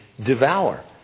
devour